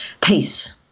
peace